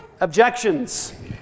Objections